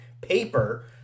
paper